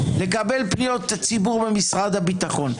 לקבל פניות ציבור ממשרד הביטחון.